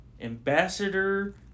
Ambassador